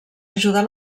ajudar